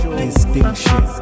distinction